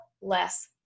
less